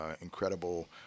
incredible